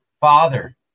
Father